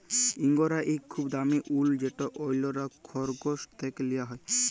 ইঙ্গরা ইক খুব দামি উল যেট অল্যরা খরগোশ থ্যাকে লিয়া হ্যয়